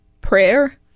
prayer